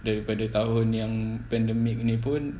daripada tahun yang pandemic ni pun